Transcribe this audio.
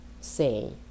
say